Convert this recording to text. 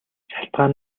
шалтгаан